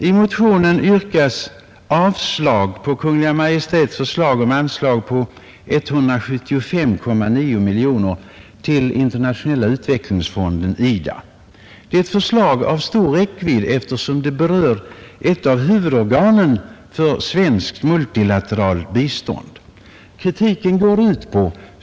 I motionen yrkas avslag på Kungl. Maj:ts förslag om anslag på 175,9 miljoner kronor till Internationella utvecklingsfonden, IDA. Det är ett förslag av stor räckvidd, eftersom det berör ett av huvudorganen för svenskt multilateralt bistånd.